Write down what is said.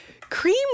Cream